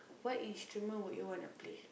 what instrument would you wanna play